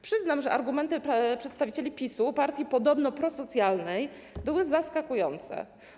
Przyznam, że argumenty przedstawicieli PiS-u, partii podobno prosocjalnej, były zaskakujące.